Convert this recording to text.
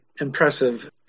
impressive